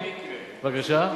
בבקשה?